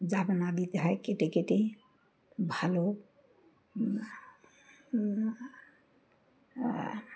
যাবনা দিতে হয় কেটে কেটে ভালো